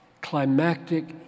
climactic